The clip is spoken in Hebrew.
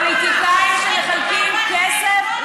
מה שיש לנו כאן זה פוליטיקאים שמחלקים כסף ל-עצ-מם.